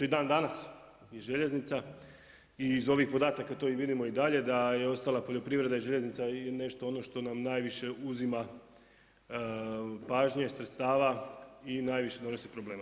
I dan danas, i željeznica i iz ovih podataka to vidimo i dalje da je ostala poljoprivreda i željeznica i nešto ono što nam najviše uzima pažnje, sredstava i najviše uzima problema.